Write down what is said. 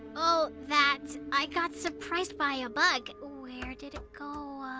oh. that. i got surprised by a bug. where did it go?